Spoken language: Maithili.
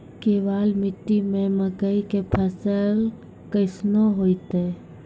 केवाल मिट्टी मे मकई के फ़सल कैसनौ होईतै?